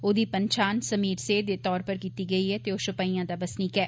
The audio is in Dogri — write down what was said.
ओदी पन्छान समीर सेह दे तौरा पर कीती गेई ऐ ते ओह् शौपियां दा बसनीक ऐ